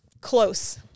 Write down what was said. close